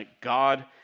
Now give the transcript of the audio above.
God